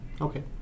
Okay